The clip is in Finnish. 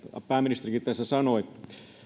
pääministerikin tässä sanoi